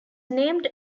named